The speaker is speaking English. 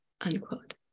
unquote